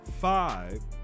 five